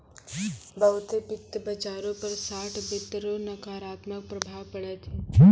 बहुते वित्त बाजारो पर शार्ट वित्त रो नकारात्मक प्रभाव पड़ै छै